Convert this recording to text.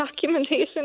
documentation